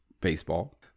baseball